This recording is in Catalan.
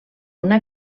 una